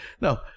No